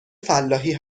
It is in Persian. فلاحی